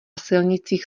silnicích